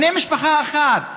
בני משפחה אחת,